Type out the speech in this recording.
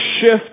shift